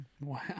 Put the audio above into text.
wow